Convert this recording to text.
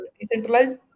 decentralized